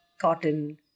cotton